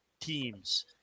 teams